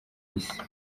isi